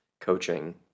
coaching